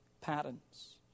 patterns